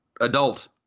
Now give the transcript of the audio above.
adult